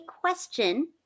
question